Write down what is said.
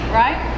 right